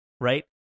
right